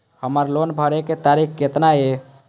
हमर लोन भरे के तारीख केतना ये?